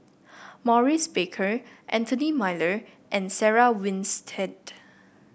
Maurice Baker Anthony Miller and Sarah Winstedt